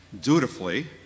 dutifully